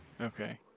Okay